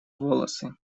волосы